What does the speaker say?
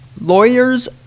Lawyers